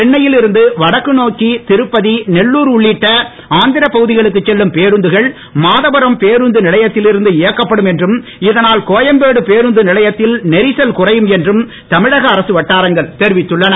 சென்னையில் இருந்து வடக்கு நோக்கி திருப்பதி நெல்லூர் உள்ளிட்ட ஆந்திரப் பகுதிகளுக்கு செல்லும் பேருந்துகள் மாதவரம் பேருந்து நிலையத்தில் இருந்து இயக்கப்படும் என்றும் இதனால் கோயம்பேடு பேருந்து நிலையத்தில் நெரிசல் குறையும் என்றும் தமிழக அரசு வட்டாரங்கள் தெரிவித்துள்ளன